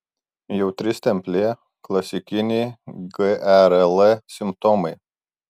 jautri stemplė klasikiniai gerl simptomai